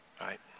right